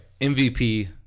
MVP